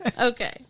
Okay